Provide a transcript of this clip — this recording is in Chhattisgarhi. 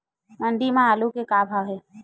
मंडी म आलू के का भाव हे?